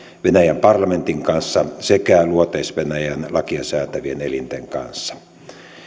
venäjän parlamentin kanssa sekä luoteis venäjän lakia säätävien elinten kanssa